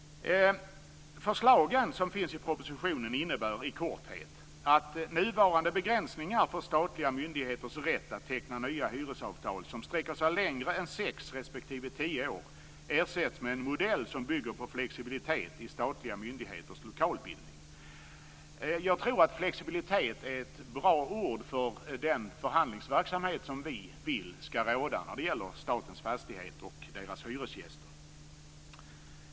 Förslagen som finns i propositionen innebär i korthet att nuvarande begränsningar för statliga myndigheters rätt att teckna nya hyresavtal som sträcker sig längre än sex respektive tio år ersätts med en modell som bygger på flexibilitet i statliga myndigheters lokalbildning. Jag tror att flexibilitet är ett bra ord för den förhandlingsverksamhet som vi vill skall råda när det gäller statens fastigheter och dess hyresgäster.